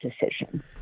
decision